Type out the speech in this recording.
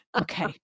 Okay